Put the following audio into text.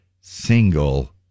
single